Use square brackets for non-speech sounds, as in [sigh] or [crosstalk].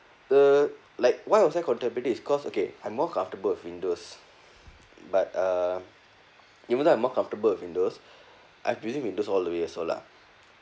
uh like why was I contemplating is cause okay I'm more comfortable with windows but uh even though I'm more comfortable with windows [breath] I've been using windows all the way also lah